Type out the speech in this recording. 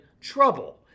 trouble